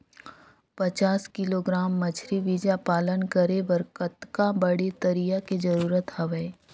पचास किलोग्राम मछरी बीजा पालन करे बर कतका बड़े तरिया के जरूरत हवय?